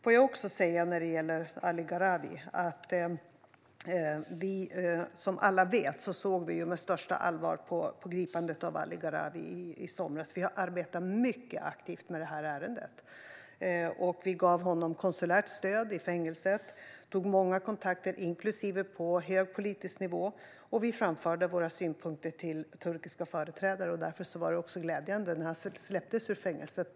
Låt mig också säga något om Ali Gharavi. Som alla vet såg vi med största allvar på gripandet av honom i somras. Vi har arbetat mycket aktivt med ärendet. Vi gav honom konsulärt stöd i fängelset. Vi tog många kontakter, inklusive på hög politisk nivå, och vi framförde våra synpunkter till turkiska företrädare. Därför var det glädjande när han släpptes ur fängelset.